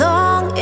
Long